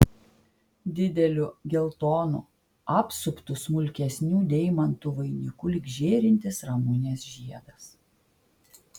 dideliu geltonu apsuptu smulkesnių deimantų vainiku lyg žėrintis ramunės žiedas